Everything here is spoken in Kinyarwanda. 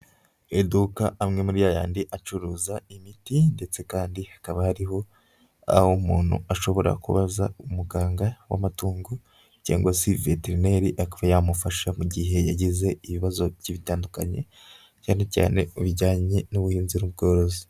Iduka amwe muri yayandi acuruza imiti ndetse kandi hakaba hari aho umuntu ashobora kubaza umuganga w'amatungo cyangwa se veterineri akaba yamufasha mu gihe yagize ibibazo bigiye bitandukanye cyane cyane bijyanye n'ubuhinzi n'ubworozi.